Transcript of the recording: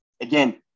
again